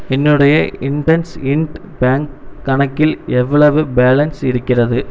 என்னுடைய இண்டன்ஸ்இன்ட் பேங்க் கணக்கில் எவ்வளவு பேலன்ஸ் இருக்கிறது